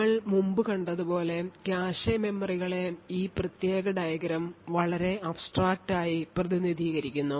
നമ്മൾ മുമ്പ് കണ്ടതുപോലെ കാഷെ മെമ്മറികളെ ഈ പ്രത്യേക ഡയഗ്രം വളരെ abstract ആയി പ്രതിനിധീകരിക്കുന്നു